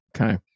Okay